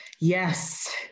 Yes